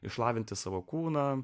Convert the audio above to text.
išlavinti savo kūną